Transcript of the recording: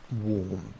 warm